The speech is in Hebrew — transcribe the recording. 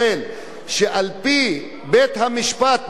ועל-פי בית-המשפט מה שהיה,